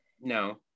No